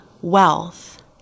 wealth